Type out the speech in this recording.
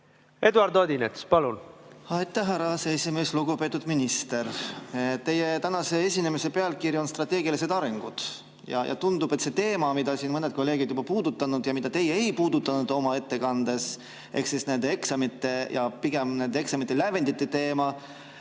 Eduard Odinets, palun! Aitäh, härra aseesimees! Lugupeetud minister! Teie tänase esinemise pealkiri on "... strateegilised arengud" ja tundub, et see teema, mida siin mõned kolleegid on juba puudutanud ja mida teie ei puudutanud oma ettekandes, ehk eksamite ja pigem nende eksamite lävendite teema